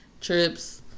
Trips